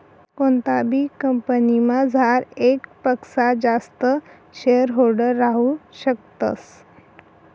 कोणताबी कंपनीमझार येकपक्सा जास्त शेअरहोल्डर राहू शकतस